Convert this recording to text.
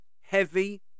heavy